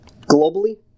Globally